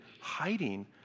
hiding